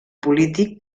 polític